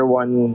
one